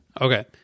Okay